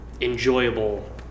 enjoyable